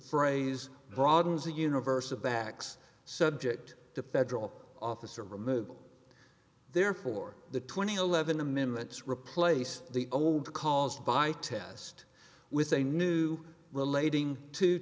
phrase broadens a universe of backs subject to federal office or removal therefore the twenty levon amendments replace the old caused by test with a new relating to